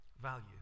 value